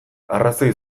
arrazoi